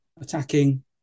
attacking